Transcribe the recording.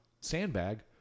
sandbag